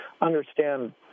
understand